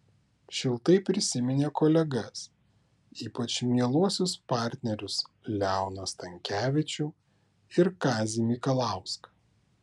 šiltai prisiminė kolegas ypač mieluosius partnerius leoną stankevičių ir kazį mikalauską